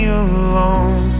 alone